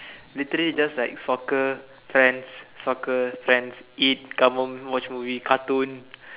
literally just like soccer friends soccer friends eat come home watch movie cartoon